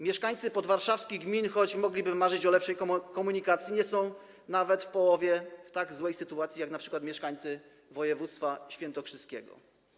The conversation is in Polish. Mieszkańcy podwarszawskich gmin, choć mogliby marzyć o lepszej komunikacji, nie są nawet w połowie w tak złej sytuacji jak np. mieszkańcy województwa świętokrzyskiego.